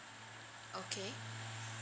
okay